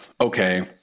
Okay